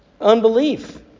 unbelief